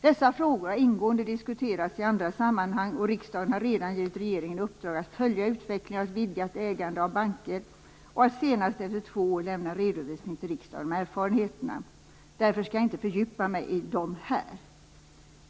Dessa frågor har ingående diskuterats i andra sammanhang, och riksdagen har redan givit regeringen i uppdrag att följa utvecklingen av ett vidgat ägande av banker och att senast efter två år lämna en redovisning till riksdagen om erfarenheterna. Därför skall jag inte fördjupa mig i dem här.